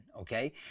okay